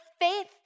faith